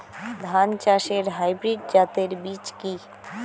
ধান চাষের হাইব্রিড জাতের বীজ কি?